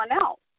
else